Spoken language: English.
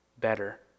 better